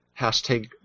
Hashtag